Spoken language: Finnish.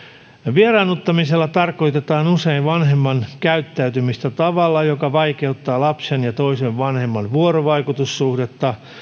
vieraannuttamisella tarkoitetaan usein vanhemman käyttäytymistä tavalla joka vaikeuttaa lapsen ja toisen vanhemman vuorovaikutussuhdetta